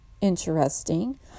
interesting